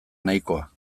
nahikoa